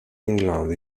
england